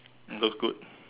looks good